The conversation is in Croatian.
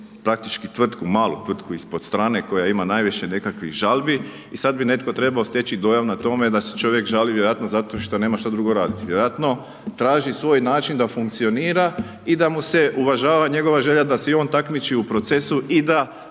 praktički tvrtku, malu, tvrtku ispod strane koja imam najviše nekakvih žalbi i sad bi netko trebao steći dojam na tome da se čovjek žali vjerojatno zato što nema šta drugo raditi, vjerojatno traži svoj način da funkcionira i da mu se uvažava njegova želja da se i on takmiči u procesu i da